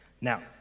Now